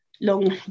long